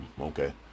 okay